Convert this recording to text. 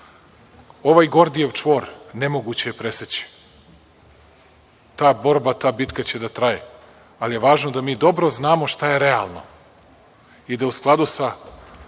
Gordijev čvor nemoguće je preseći. Ta borba, ta bitka će da traje, ali je važno da mi dobro znamo šta je realno i da u skladu sa